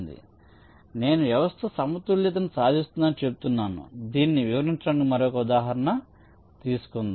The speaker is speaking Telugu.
కాబట్టి నేను వ్యవస్థ సమతుల్యతను సాధిస్తుందని చెప్తున్నాను దీనిని వివరించడానికి మరొక ఉదాహరణ తీసుకుందాం